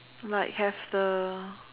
like have the